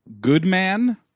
Goodman